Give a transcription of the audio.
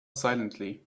silently